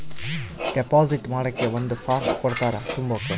deposit ಮಾಡಕ್ಕೆ ಒಂದ್ form ಕೊಡ್ತಾರ ತುಂಬಕ್ಕೆ